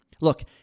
Look